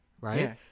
right